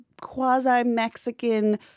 quasi-Mexican